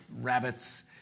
rabbits